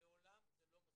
ולעולם זה לא מספיק.